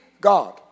God